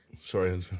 Sorry